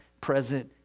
present